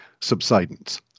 subsidence